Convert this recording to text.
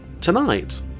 Tonight